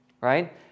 Right